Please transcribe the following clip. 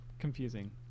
Confusing